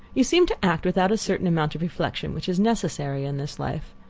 you seem to act without a certain amount of reflection which is necessary in this life.